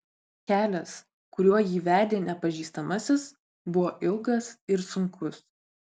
kelias kuriuo jį vedė nepažįstamasis buvo ilgas ir sunkus